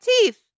teeth